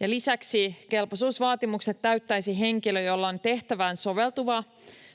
ja lisäksi kelpoisuusvaatimukset täyttäisi henkilö, jolla on tehtävään soveltuva